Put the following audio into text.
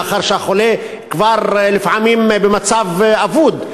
לאחר שהחולה כבר לפעמים במצב אבוד,